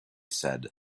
said